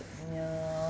ya